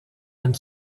and